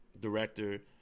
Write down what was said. director